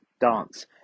dance